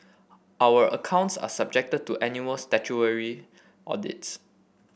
our accounts are subjected to annual statutory audits